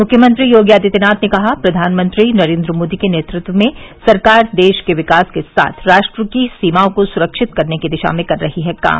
मुख्यमंत्री योगी आदित्यनाथ ने कहा प्रधानमंत्री नरेन्द्र मोदी के नेतृत्व में सरकार देश के विकास के साथ राष्ट्र की सीमाओं को सुरक्षित करने की दिशा में कर रही है काम